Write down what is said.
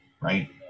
right